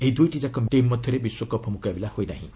ଏହି ଦୁଇଟି ଯାକ ଟିମ୍ ମଧ୍ୟରେ ବିଶ୍ୱକପ୍ ମୁକାବିଲା ହୋଇନାହିଁ